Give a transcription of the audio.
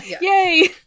Yay